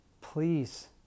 please